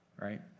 right